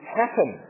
happen